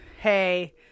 Hey